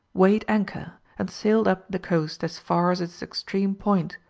weighed anchor and sailed up the coast as far as its extreme point,